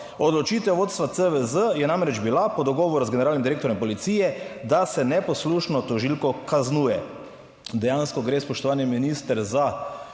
Odločitev vodstva CVZ je namreč bila po dogovoru z generalnim direktorjem policije, da se neposlušno tožilko kaznuje. Dejansko gre, spoštovani minister, za